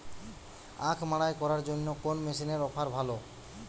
আখ মাড়াই করার জন্য কোন মেশিনের অফার ভালো?